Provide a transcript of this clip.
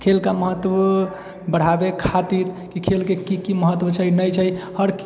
खेल का महत्व बढ़ावै खातिर की खेलके की की महत्व छै नहि छै आओर